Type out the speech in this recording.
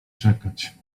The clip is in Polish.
czekać